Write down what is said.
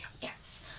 Yes